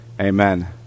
Amen